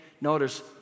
notice